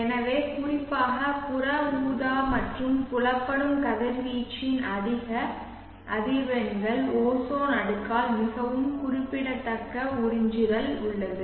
எனவே குறிப்பாக புற ஊதா மற்றும் புலப்படும் கதிர்வீச்சின் அதிக அதிர்வெண்கள் ஓசோன் அடுக்கால் மிகவும் குறிப்பிடத்தக்க உறிஞ்சுதல் உள்ளது